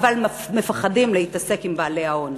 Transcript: אבל מפחדים להתעסק עם בעלי ההון.